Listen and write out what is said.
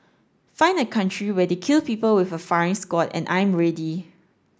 find a country where they kill people with a firing squad and I'm ready